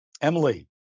Emily